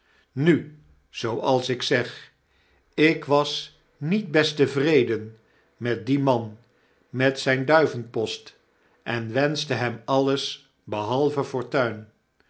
nu zooals ik zeg ik was niet best tevreden met dien man met zijne duivenpost en wenschte hem alles behalve fortuin